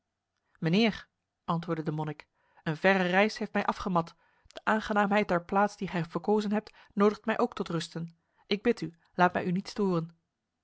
mijnheer antwoordde de monnik een verre reis heeft mij afgemat de aangenaamheid der plaats die gij verkozen hebt nodigt mij ook tot rusten ik bid u laat mij u niet storen